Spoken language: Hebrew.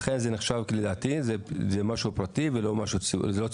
ולכן זה נחשב לדעתי לפרטי ולא לציבורי.